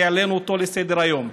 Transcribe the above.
שהעלינו אותו לסדר-היום.